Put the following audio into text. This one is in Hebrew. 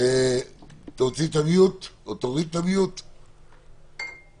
שהתאפיין הפעם עם המון בחורי ישיבות והמון